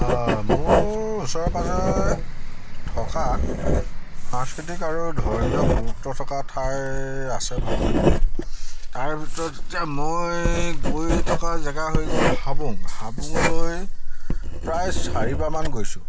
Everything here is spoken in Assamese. মোৰ ওচৰে পাঁজৰে থকা সাংস্কৃতিক আৰু ধৰ্মীয় গুৰুত্ব থকা ঠাই আছে ভালেমানখিনি তাৰ ভিতৰত এতিয়া মই গৈ থকা জেগা হৈ গ'ল হাবুং হাবুঙলৈ প্ৰায় চাৰিবাৰমান গৈছোঁ